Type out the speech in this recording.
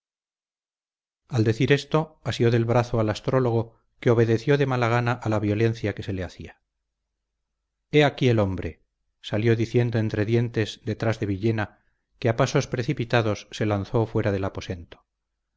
al decir esto asió del brazo al astrólogo que obedeció de mala gana a la violencia que se le hacía he aquí el hombre salió diciendo entre dientes detrás de villena que a pasos precipitados se lanzó fuera del aposento